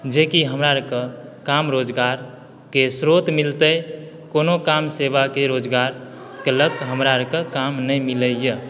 जेकि हमरा आरके काम रोजगारके श्रोत मिलतै कोनो काम सेवाके रोजगार केलक तऽ हमारा ओतय काम नहि मिलैया